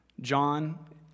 john